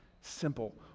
simple